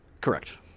Correct